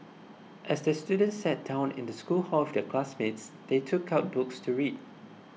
as the students sat down in the school hall with their classmates they took out books to read